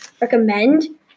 recommend